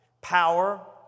power